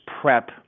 PrEP